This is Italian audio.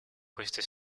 queste